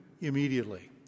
immediately